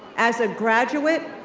as a graduate,